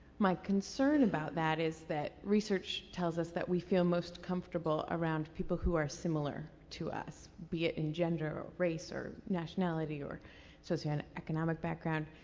my concern about that is that research tells us that we feel most comfortable around people who are similar to us. be it in gender, or race, or nationality, or socio and economic background.